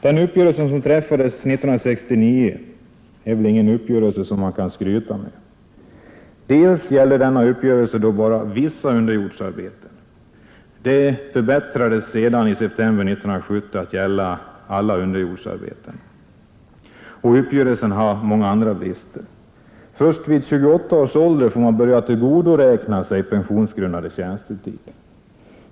Den uppgörelse som träffades 1969 var heller ingenting att skryta med. Den gällde då bara vissa underjordsarbeten men kompletterades i september 1970 med att gälla alla underjordsarbeten. Uppgörelsen har många brister. Sålunda får man först vid 28 års ålder börja tillgodoräkna sig pensionsgrundande tjänstetid.